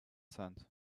sand